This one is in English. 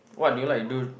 what do you like to do